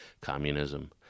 communism